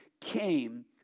came